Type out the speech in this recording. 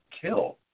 kill